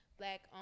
black